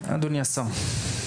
אדוני השר.